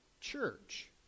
church